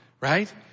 right